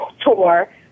Tour